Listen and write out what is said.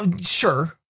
Sure